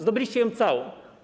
Zdobyliście ją całą.